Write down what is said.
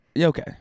okay